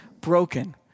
broken